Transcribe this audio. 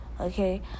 okay